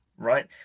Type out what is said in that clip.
Right